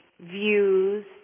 views